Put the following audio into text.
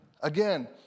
again